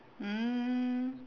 mm